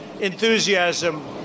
enthusiasm